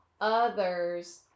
others